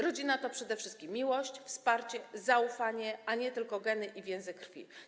Rodzina to przede wszystkim miłość, wsparcie, zaufanie, a nie tylko geny i więzy krwi.